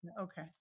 Okay